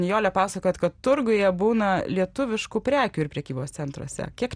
nijole pasakojot kad turguje būna lietuviškų prekių ir prekybos centruose kiek